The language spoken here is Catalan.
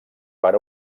per